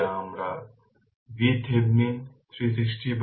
এটা আমার VThevenin 360 by 13 volt